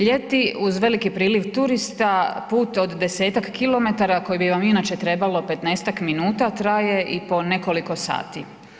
Ljeti uz veliki priliv turista put od 10-tak kilometara koji bi vam inače trebalo 15-tak minuta traje i po nekoliko sati.